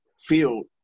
Field